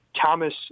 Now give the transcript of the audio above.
thomas